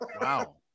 wow